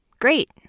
Great